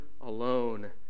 alone